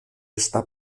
esta